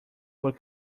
por